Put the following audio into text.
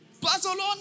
Barcelona